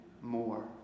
more